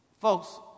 Folks